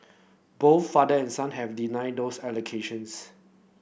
both father and son have denied those allegations